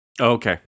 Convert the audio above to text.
Okay